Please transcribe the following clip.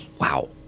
Wow